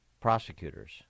prosecutors